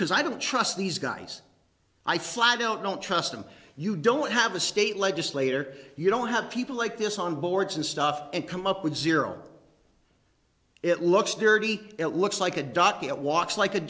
because i don't trust these guys i fly i don't don't trust them you don't have a state legislator you don't have people like this on boards and stuff and come up with zero it looks dirty it looks like a duck it walks like a